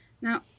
Now